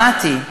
שמעתי.